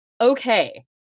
Okay